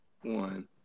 one